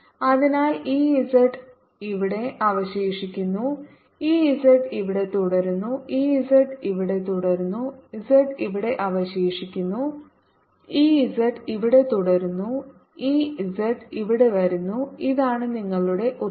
അതിനാൽ ഈ z ഇവിടെ അവശേഷിക്കുന്നു ഈ z ഇവിടെ തുടരുന്നു ഈ z ഇവിടെ തുടരുന്നു z ഇവിടെ അവശേഷിക്കുന്നു ഈ z ഇവിടെ തുടരുന്നു ഈ z ഇവിടെ വരുന്നു ഇതാണ് നിങ്ങളുടെ ഉത്തരം